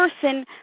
person